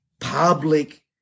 public